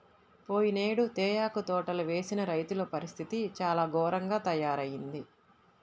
పోయినేడు తేయాకు తోటలు వేసిన రైతుల పరిస్థితి చాలా ఘోరంగా తయ్యారయింది